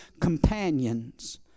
companions